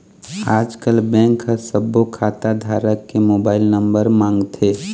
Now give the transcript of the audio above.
आजकल बेंक ह सब्बो खाता धारक के मोबाईल नंबर मांगथे